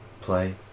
play